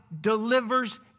delivers